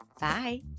Bye